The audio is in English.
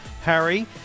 Harry